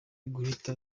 guhita